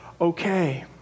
okay